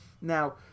Now